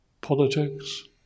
politics